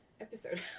episode